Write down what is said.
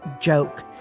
joke